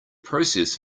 process